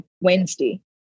Wednesday